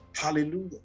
Hallelujah